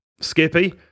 Skippy